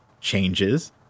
changes